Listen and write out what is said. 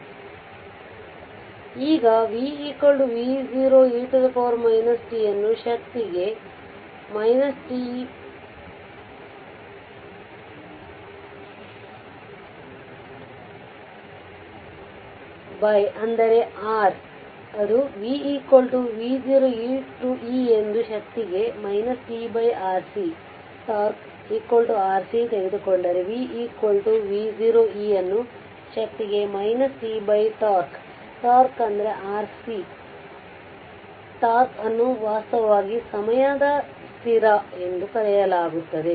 ಆದ್ದರಿಂದ ಈಗ V v0 e t ಅನ್ನು ಶಕ್ತಿಗೆ t ಅಂದರೆ r ಅದು vv v0 e ಎಂದು ಶಕ್ತಿಗೆ t RC τ RC ತೆಗೆದುಕೊಂಡರೆ v v0 e ಅನ್ನು ಶಕ್ತಿಗೆ t τ τ RC τ ಅನ್ನು ವಾಸ್ತವವಾಗಿ ಸಮಯ ಸ್ಥಿರ ಎಂದು ಕರೆಯಲಾಗುತ್ತದೆ